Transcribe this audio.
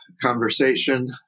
conversation